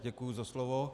Děkuji za slovo.